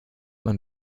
man